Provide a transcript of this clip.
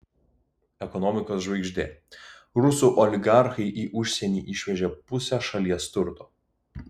ekonomikos žvaigždė rusų oligarchai į užsienį išvežė pusę šalies turto